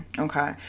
Okay